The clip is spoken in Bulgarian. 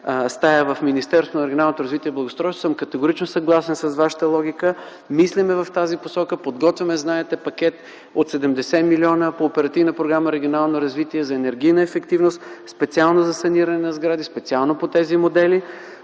стая в Министерството на регионалното развитие и благоустройството, съм категорично съгласен с Вашата логика. Мислим в тази посока. Подготвяме пакет от 70 милиона по Оперативна програма „Регионално развитие” за енергийна ефективност, специално за саниране на сгради, специално по тези модели.